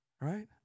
Right